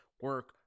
Work